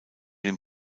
den